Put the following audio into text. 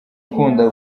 ukunda